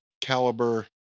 caliber